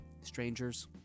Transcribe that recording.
Strangers